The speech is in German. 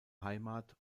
heimat